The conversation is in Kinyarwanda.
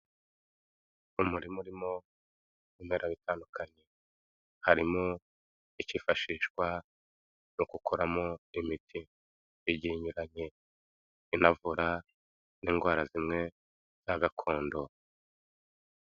Umurima urimo ibimera bitandukanye, harimo ikifashishwa no gukoramo imiti igiye inyuranye inavura n'indwara zimwe za gakondo.